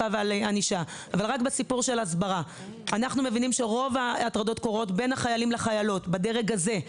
אנחנו מבינים שרוב ההטרדות קורות בין החיילים לחיילות ובדרג הזה.